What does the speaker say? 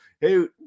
hey